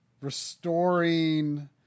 restoring